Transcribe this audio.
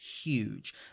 Huge